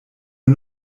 nur